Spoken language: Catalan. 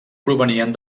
provenien